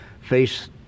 face